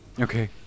okay